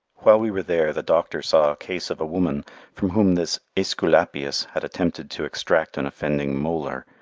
while we were there the doctor saw a case of a woman from whom this aesculapius had attempted to extract an offending molar,